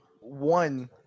One